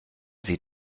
sie